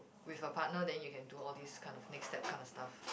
with a partner then you can do all this kind of next step kind of stuff